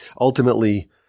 Ultimately